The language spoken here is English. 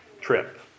trip